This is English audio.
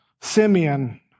Simeon